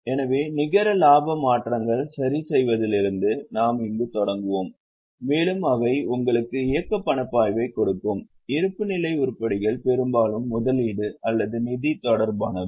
எனவே நிகர இலாப மாற்றங்களைச் சரிசெய்வதிலிருந்து நாம் இங்கு தொடங்குவோம் மேலும் அவை உங்களுக்கு இயக்க பணப்பாய்வை கொடுக்கும் இருப்புநிலை உருப்படிகள் பெரும்பாலும் முதலீடு அல்லது நிதி தொடர்பானவை